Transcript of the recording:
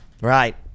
Right